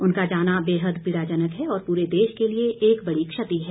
उनका जाना बेहद पीड़ाजनक है और पूरे देश के लिए एक बड़ी क्षति है